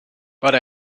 but